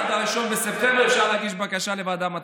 עד 1 בספטמבר אפשר להגיש בקשה לוועדה המתמדת.